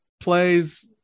plays